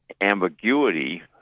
ambiguity